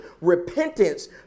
repentance